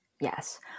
Yes